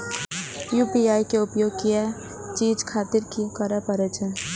UPI के उपयोग किया चीज खातिर करें परे छे?